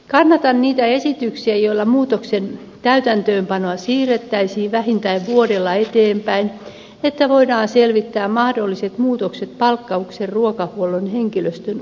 kannatan niitä esityksiä joilla muutoksen täytäntöönpanoa siirrettäisiin vähintään vuodella eteenpäin että voidaan selvittää mahdolliset muutokset palkkauksessa ruokahuollon henkilöstön osalta